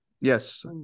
Yes